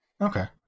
Okay